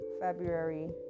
february